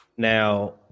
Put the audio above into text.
Now